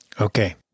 Okay